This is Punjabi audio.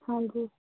ਹਾਂਜੀ